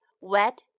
wet